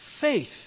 faith